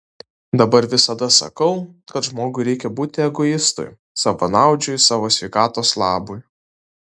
dabar visada sakau kad žmogui reikia būti egoistui savanaudžiui savo sveikatos labui